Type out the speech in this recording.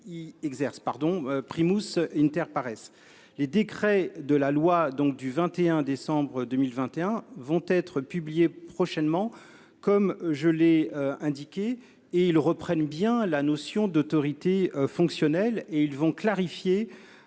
d'application de la loi du 21 décembre 2021 vont être publiés prochainement, comme je l'ai indiqué. Ces textes, qui reprennent bien la notion d'autorité fonctionnelle, vont clarifier